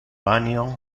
banio